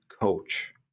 coach